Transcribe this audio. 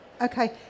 Okay